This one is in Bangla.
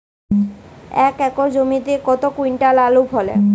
এক একর জমিতে কত কুইন্টাল আলু ফলে?